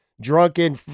drunken